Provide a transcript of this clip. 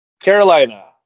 Carolina